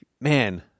man